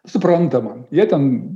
suprantama jie ten